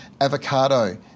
avocado